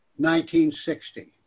1960